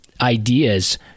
ideas